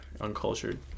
Uncultured